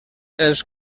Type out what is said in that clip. els